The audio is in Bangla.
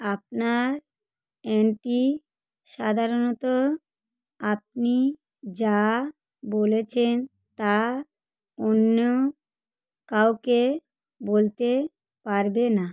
আপনার অ্যান্টি সাধারণত আপনি যা বলেছেন তা অন্য কাউকে বলতে পারবে না